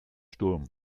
sturm